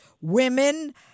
women